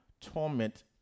torment